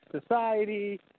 society